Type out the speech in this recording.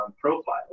profile